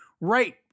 right